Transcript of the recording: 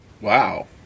Wow